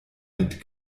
mit